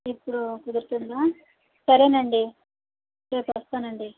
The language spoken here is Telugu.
ఇప్పుడు కుదురుతుందా సరే అండి రేపు వస్తాను అండి